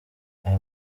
aya